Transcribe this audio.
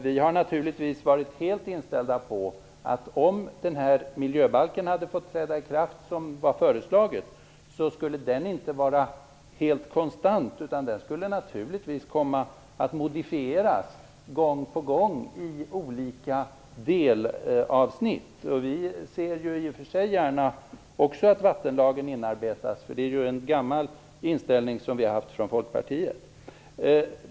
Vi har naturligtvis varit helt inställda på att om denna miljöbalk hade fått träda i kraft som det var föreslaget, skulle den inte vara helt konstant. Den skulle naturligtvis komma att modifieras gång på gång i olika delavsnitt. Vi ser i och för sig gärna att också vattenlagen inarbetas. Det är ju en inställning som vi i Folkpartiet sedan gammalt har haft.